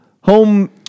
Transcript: home